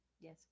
Yes